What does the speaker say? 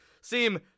seem